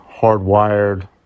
hardwired